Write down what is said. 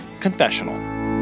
confessional